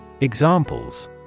Examples